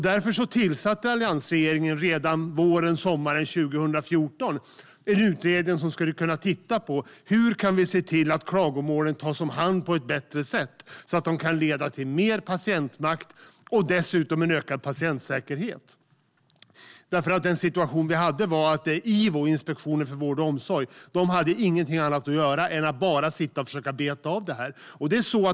Därför tillsatte alliansregeringen redan sommaren 2014 en utredning som skulle titta på hur klagomålen kan tas om hand på ett bättre sätt, så att de kan leda till mer patientmakt och dessutom ökad patientsäkerhet. Den situation vi hade då var att IVO, Inspektionen för vård och omsorg, inte hade något annat att göra än att bara försöka beta av klagomålen.